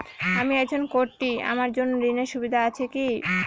আমি একজন কট্টি আমার জন্য ঋণের সুবিধা আছে কি?